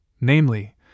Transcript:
namely